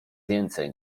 więcej